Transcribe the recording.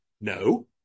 No